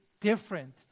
different